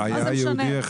מה זה משנה?